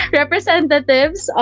representatives